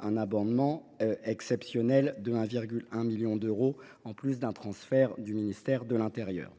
un abondement exceptionnel de 1,1 million d’euros, en plus d’un transfert du ministère de l’intérieur.